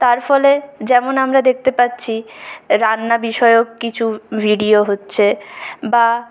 তার ফলে যেমন আমরা দেখতে পাচ্ছি রান্না বিষয়ক কিছু ভিডিও হচ্ছে বা